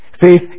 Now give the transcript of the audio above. Faith